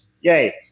yay